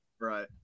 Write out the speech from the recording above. right